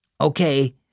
Okay